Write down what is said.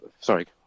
Sorry